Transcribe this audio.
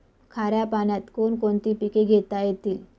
खाऱ्या पाण्यात कोण कोणती पिके घेता येतील?